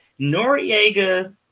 Noriega